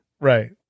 Right